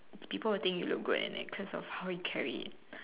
people will think you look good in it because of how you carry it